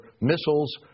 missiles